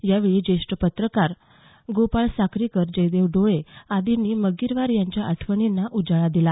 यावेळी ज्येष्ठ पत्रकार गोपाळ साक्रीकर जयदेव डोळे आदींनी मग्गीरवार यांच्या आठवणींना उजाळा दिला